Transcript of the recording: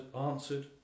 answered